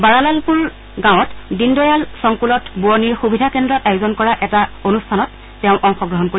বৰালালপুৰ গাঁৱত দীনদয়াল সংকুলত বোৱণিৰ সুবিধা কেন্দ্ৰত আয়োজন কৰা এটা অনুষ্ঠানত অংশগ্ৰহণ কৰিব